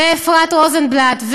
ואפרת רוזנבלט,